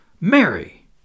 Mary